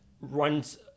runs